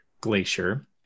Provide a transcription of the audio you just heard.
Glacier